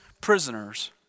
prisoners